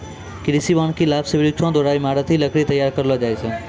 कृषि वानिकी लाभ से वृक्षो द्वारा ईमारती लकड़ी तैयार करलो जाय छै